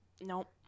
Nope